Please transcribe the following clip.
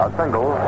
single